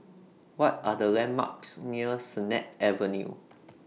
What Are The landmarks near Sennett Avenue